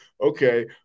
okay